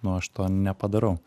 nu aš to nepadarau